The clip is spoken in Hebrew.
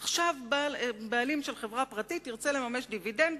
עכשיו בעלים של חברה פרטית ירצה לממש דיבידנד,